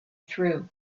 through